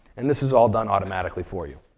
and this is all done automatically for you.